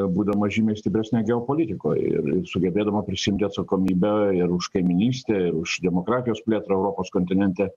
būdama žymiai stipresnė geopolitikoj ir sugebėdama prisiimti atsakomybę ir už kaimynystę ir už demokratijos plėtrą europos kontinente